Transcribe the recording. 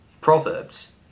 proverbs